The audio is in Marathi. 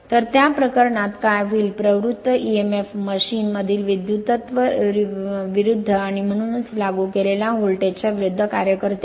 तर त्या प्रकरणात काय होईल प्रवृत्त emf मशीन मधील विद्युत्विरूद्ध आणि म्हणूनच लागू केलेल्या व्होल्टेज च्या विरूद्ध कार्य करते